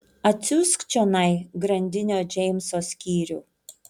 atsiųsk čionai grandinio džeimso skyrių